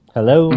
Hello